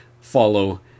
follow